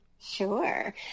Sure